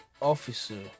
officer